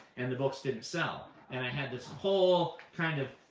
and the books didn't sell. and i had this whole kind of